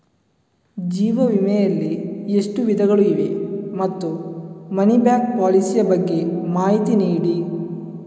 ಜೀವ ವಿಮೆ ಯಲ್ಲಿ ಎಷ್ಟು ವಿಧಗಳು ಇವೆ ಮತ್ತು ಮನಿ ಬ್ಯಾಕ್ ಪಾಲಿಸಿ ಯ ಬಗ್ಗೆ ಮಾಹಿತಿ ನೀಡಿ?